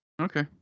okay